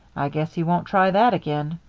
i guess he won't try that again.